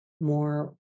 more